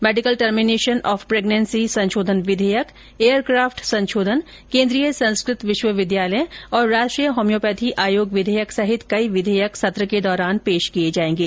medical termination of pregnancy संशोधन विधेयक aircraft संशोधन केन्द्रीय संस्कृत विश्वविद्यालय और राष्ट्रीय होम्योपैथी आयोग विधेयक सहित कई विधेयक सत्र के दौरान पेश किये जायेंगे